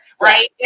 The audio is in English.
right